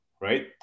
right